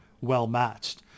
well-matched